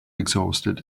exhausted